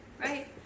right